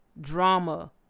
drama